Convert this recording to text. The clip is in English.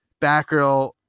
Batgirl